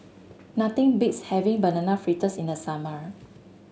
nothing beats having Banana Fritters in the summer